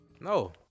No